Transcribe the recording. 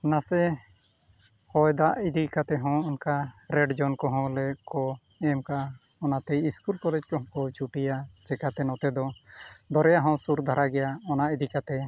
ᱱᱟᱥᱮ ᱦᱚᱭ ᱫᱟᱜ ᱤᱫᱤ ᱠᱟᱛᱮᱫ ᱦᱚᱸ ᱚᱱᱠᱟ ᱨᱮᱰ ᱡᱳᱱ ᱠᱚᱦᱚᱸ ᱞᱟᱹᱭ ᱟᱠᱚ ᱮᱢ ᱟᱠᱟᱫᱼᱟ ᱚᱱᱟᱛᱮ ᱥᱠᱩᱞ ᱠᱚᱞᱮᱡᱽ ᱠᱚᱦᱚᱸ ᱠᱚ ᱪᱷᱩᱴᱤᱭᱟ ᱪᱤᱠᱟᱹᱛᱮ ᱱᱚᱛᱮ ᱫᱚ ᱫᱚᱨᱭᱟ ᱦᱚᱸ ᱥᱩᱨ ᱫᱷᱟᱨᱟ ᱜᱮᱭᱟ ᱚᱱᱟ ᱤᱫᱤ ᱠᱟᱛᱮᱫ